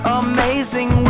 amazing